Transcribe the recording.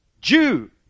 Jew